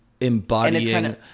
embodying